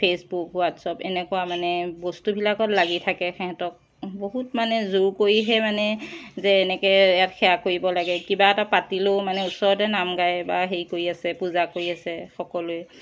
Facebook WhatsApp এনেকুৱা মানে বস্তুবিলাকত লাগে থাকে সিহঁতৰ বহুত মানে জোৰ কৰিহে মানে যে এনেকৈ ইয়াত সেৱা কৰিব লাগে কিবা এটা পাতিলেও মানে ওচৰতে নাম গাই বা হেৰি কৰি আছে পূজা কৰি আছে সকলোৱে